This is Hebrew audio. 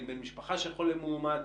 אני בן משפחה של חולה מאומת,